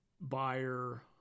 buyer